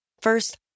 First